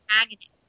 antagonist